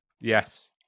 Yes